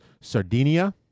Sardinia